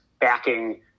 backing